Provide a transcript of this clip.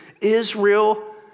Israel